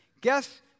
Guess